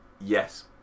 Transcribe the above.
Yes